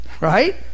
right